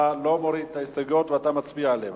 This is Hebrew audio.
אתה לא מוריד את ההסתייגויות ואתה מצביע עליהן,